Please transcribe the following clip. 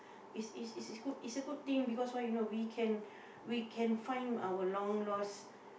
it's it's it's his good it's a good thing because why you know we can we can find our long lost